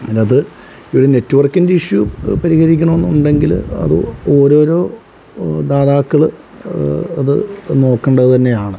അതിൻറെ അകത്ത് ഈ നെറ്റ്വർക്കിൻ്റെ ഇഷ്യൂ പരിഹരിക്കണം എന്നുണ്ടെങ്കിൽ അത് ഓരോരോ ദാതാക്കൾ അത് നോക്കേണ്ടത് തന്നെയാണ്